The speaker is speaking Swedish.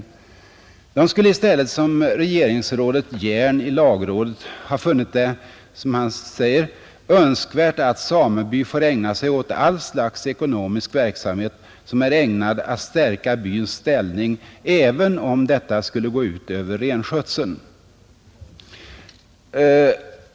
De skulle i stället, som regeringsrådet Hjern i lagrådet, ha funnit det som han säger ”önskvärt att sameby får ägna sig åt all slags ekonomisk verksamhet som är ägnad att stärka byns ställning, även om detta skulle gå ut över renskötseln”.